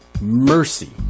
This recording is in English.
Mercy